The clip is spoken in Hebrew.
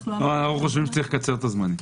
אנחנו חושבים שצריך לקצר את הזמנים.